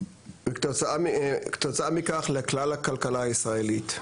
וכתוצאה מכך לכלל הכלכלה הישראלית.